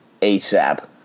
ASAP